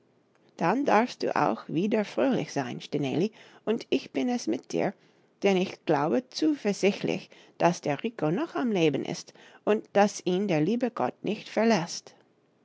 dann darfst du auch wieder fröhlich sein stineli und ich bin es mit dir denn ich glaube zuversichtlich daß der rico noch am leben ist und daß ihn der liebe gott nicht verläßt